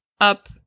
up